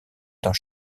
dans